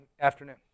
afternoon